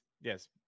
Yes